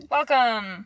Welcome